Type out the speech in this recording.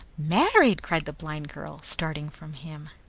married! cried the blind girl, starting from him.